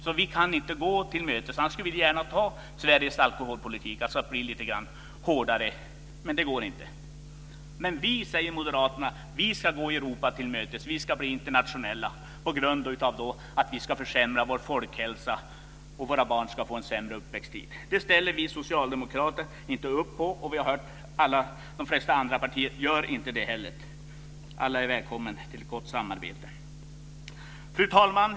Därför kan de inte gå Sverige till mötes, annars skulle de gärna föra den alkoholpolitik som förs i Sverige, dvs. att bli lite hårdare. Men det går inte. Men moderaterna säger att vi ska gå Europa till mötes och bli internationella genom att försämra vår folkhälsa och genom att våra barn får en sämre uppväxttid. Det ställer vi socialdemokrater inte upp på. Och vi har hört att de flesta andra partier inte heller gör det. Alla är välkomna till ett gott samarbete. Fru talman!